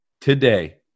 today